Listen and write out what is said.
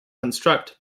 construct